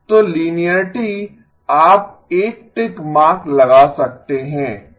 तो लीनियररिटी आप एक टिक मार्क लगा सकते हैं ठीक है